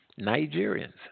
Nigerians